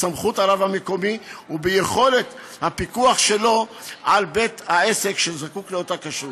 בסמכות הרב המקומי וביכולת הפיקוח שלו על בית-העסק שזקוק לאותה כשרות.